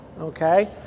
Okay